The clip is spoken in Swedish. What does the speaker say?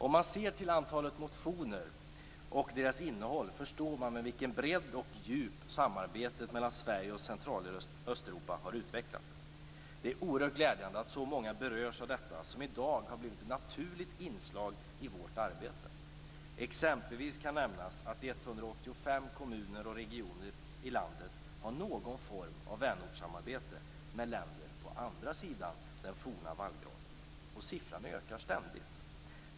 Om man ser till antalet motioner och motionernas innehåll förstår man med vilken bredd och vilket djup samarbetet mellan Sverige och Central och Östeuropa har utvecklats. Det är oerhört glädjande att så många berörs av detta som i dag har blivit ett naturligt inslag i vårt arbete. Exempelvis kan nämnas att 185 kommuner och regioner i landet har någon form av vänortssamarbete med länder på andra sidan den forna vallgraven. Siffran ökar ständigt.